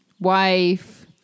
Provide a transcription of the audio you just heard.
wife